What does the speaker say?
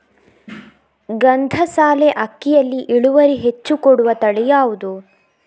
ಗಂಧಸಾಲೆ ಅಕ್ಕಿಯಲ್ಲಿ ಇಳುವರಿ ಹೆಚ್ಚು ಕೊಡುವ ತಳಿ ಯಾವುದು?